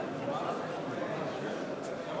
פנים,